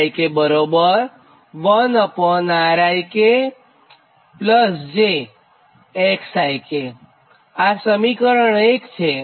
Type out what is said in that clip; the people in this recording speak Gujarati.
અને I BUSY BUSV BUS આ સમીકરણ 3 છે